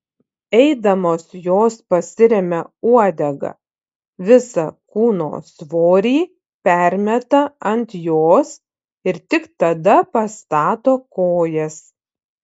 eidamos jos pasiremia uodega visą kūno svorį permeta ant jos ir tik tada pastato kojas